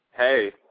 Hey